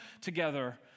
together